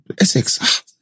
Essex